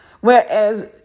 Whereas